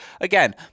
Again